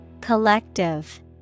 Collective